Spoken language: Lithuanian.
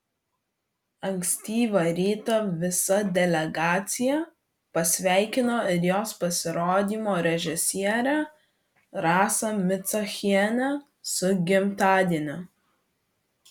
ankstyvą rytą visa delegacija pasveikino ir jos pasirodymo režisierę rasą micachienę su gimtadieniu